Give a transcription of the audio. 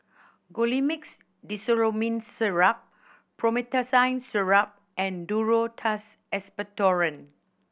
Colimix Dicyclomine Syrup Promethazine Syrup and Duro Tuss Expectorant